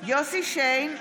יוסף שיין,